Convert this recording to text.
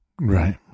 Right